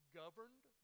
governed